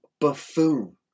buffoon